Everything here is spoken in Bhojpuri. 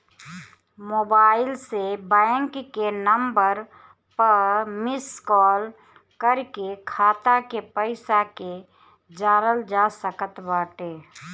मोबाईल से बैंक के नंबर पअ मिस काल कर के खाता के पईसा के जानल जा सकत बाटे